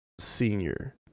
senior